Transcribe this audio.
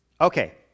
Okay